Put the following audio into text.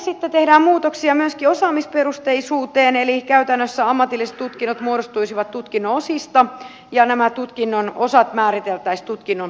sitten tehdään muutoksia myöskin osaamisperusteisuuteen eli käytännössä ammatilliset tutkinnot muodostuisivat tutkinnon osista ja nämä tutkinnon osat määriteltäisiin tutkinnon perusteissa